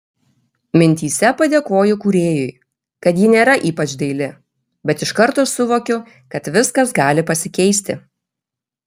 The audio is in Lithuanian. mintyse padėkoju kūrėjui kad ji nėra ypač daili bet iš karto suvokiu kad viskas gali pasikeisti